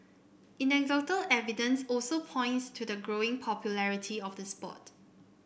anecdotal evidence also points to the growing popularity of the sport